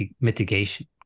mitigation